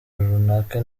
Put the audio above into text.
runaka